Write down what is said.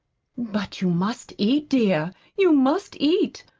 but you must eat, dear, you must eat.